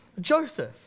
Joseph